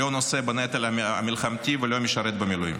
לא נושא בנטל המלחמתי ולא משרת במילואים.